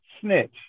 snitch